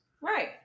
right